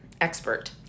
expert